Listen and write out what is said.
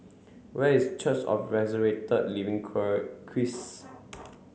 where is Church of Living Christ